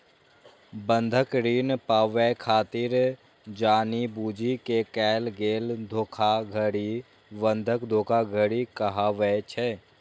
बंधक ऋण पाबै खातिर जानि बूझि कें कैल गेल धोखाधड़ी बंधक धोखाधड़ी कहाबै छै